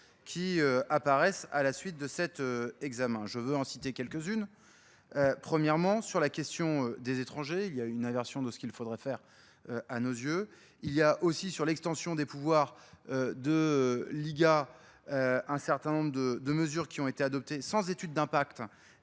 qui apparaissent à la suite de cet examen. Je veux en citer quelques-unes. Premièrement, sur la question des étrangers, il y a une aversion de ce qu'il faudrait faire à nos yeux. Il y a aussi sur l'extension des pouvoirs de l'IGA, un certain nombre de mesures qui ont été adoptées sans étude d'impact